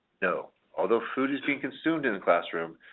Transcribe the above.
no. although food is being consumed in the classroom,